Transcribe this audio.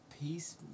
Peace